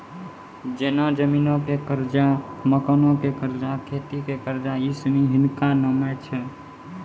जेना जमीनो के कर्जा, मकानो के कर्जा, खेती के कर्जा इ सिनी हिनका नामे छै